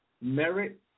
merit